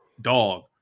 Dog